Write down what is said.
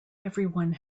everyone